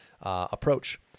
approach